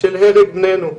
של הרג בננו.